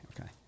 Okay